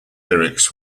lyrics